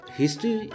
history